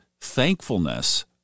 thankfulness